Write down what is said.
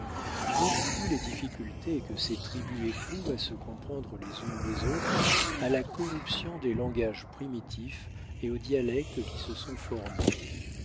ils attribuent les difficultés que ces tribus éprouvent à se comprendre les unes les autres à la corruption des langages primitifs et aux dialectes qui se sont formés